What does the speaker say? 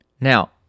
Now